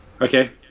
Okay